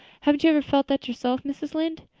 haven't you never felt that yourself, mrs. lynde?